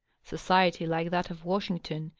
society like that of washington,